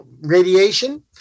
radiation